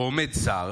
או עומד שר,